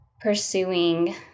pursuing